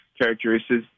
characteristics